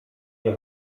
nie